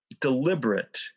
deliberate